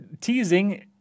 teasing